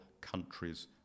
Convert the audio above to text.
countries